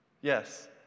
Yes